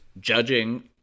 judging